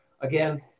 again